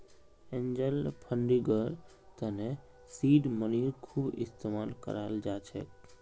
angel फंडिंगर तने seed मनीर खूब इस्तमाल कराल जा छेक